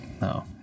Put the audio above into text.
No